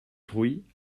truie